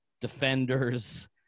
defenders